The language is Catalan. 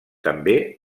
també